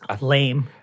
Lame